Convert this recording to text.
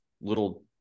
little